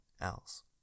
else